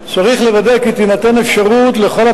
בבקשה,